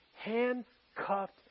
handcuffed